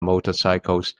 motorcycles